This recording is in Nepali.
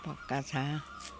पक्का छ